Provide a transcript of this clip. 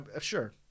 Sure